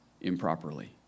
improperly